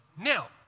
Now